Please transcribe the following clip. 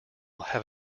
have